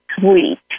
sweet